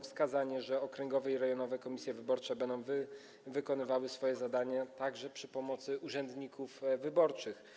wskazanie, że okręgowe i rejonowe komisje wyborcze będą wykonywały swoje zadania także przy pomocy urzędników wyborczych.